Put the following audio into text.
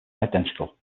identical